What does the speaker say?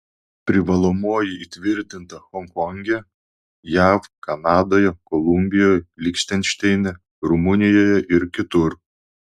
privalomoji įtvirtinta honkonge jav kanadoje kolumbijoje lichtenšteine rumunijoje ir kitur